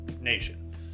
Nation